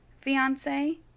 fiance